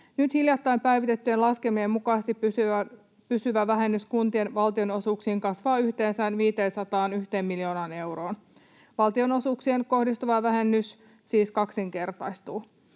Nyt hiljattain päivitettyjen laskelmien mukaisesti pysyvä vähennys kuntien valtionosuuksiin kasvaa yhteensä 501 miljoonaan euroon. Valtionosuuksiin kohdistuva vähennys siis kaksinkertaistuu.